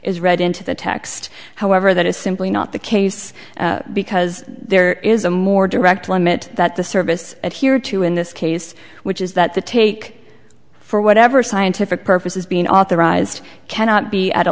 is read into the text however that is simply not the case because there is a more direct limit that the service it here to in this case which is that the take for whatever scientific purposes being authorized cannot be at a